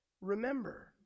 remember